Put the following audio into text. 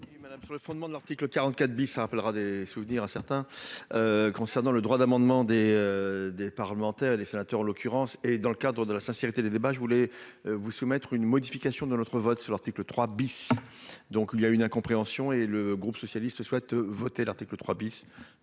sur le fondement de l'article 44 bis ça rappellera des souvenirs à certains. Concernant le droit d'amendement des. Des parlementaires et des sénateurs, en l'occurrence et dans le cadre de la sincérité des débats. Je voulais vous soumettre une modification de notre vote sur l'article 3 bis. Donc il y a une incompréhension et le groupe socialiste souhaite voter l'article 3 bis